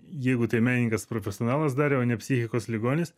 jeigu tai menininkas profesionalas darė o ne psichikos ligonis